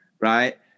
right